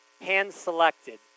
Hand-selected